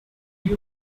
you